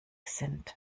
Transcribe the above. sind